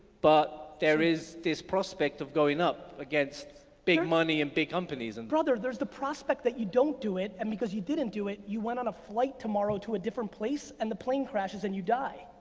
but there is this prospect of going up against big money and big companies. brother, there's the prospect that you don't do it, and because you didn't do it, you went on a flight tomorrow to a different place, and the plane crashes and you die.